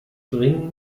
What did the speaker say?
bring